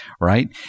right